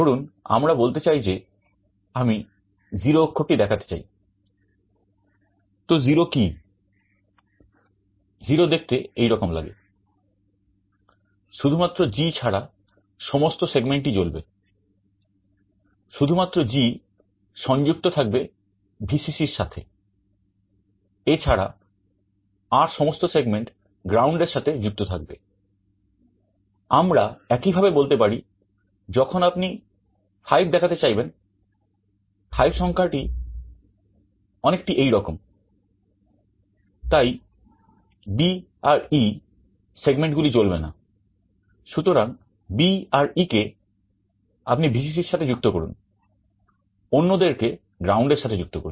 ধরুন আমরা বলতে চাই যে আমি 0 গুলি জ্বলবে না সুতরাং B আর E কে আপনি Vcc এর সাথে যুক্ত করুন অন্যদেরকে গ্রাউন্ড এর সাথে যুক্ত করুন